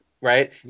right